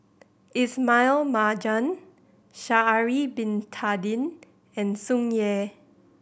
Ismail Marjan Sha'ari Bin Tadin and Tsung Yeh